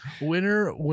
winner